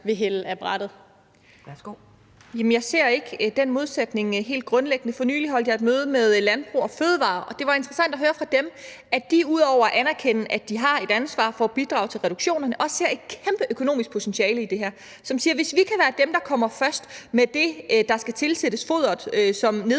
ikke den modsætning. For nylig holdt jeg et møde med Landbrug & Fødevarer, og det var interessant at høre fra dem, at de, ud over at anerkende, at de har et ansvar for at bidrage til reduktioner, også ser et kæmpe økonomisk potentiale i det her. De siger, at hvis de kan være dem, der kommer først med det, der skal tilsættes foderet, som nedbringer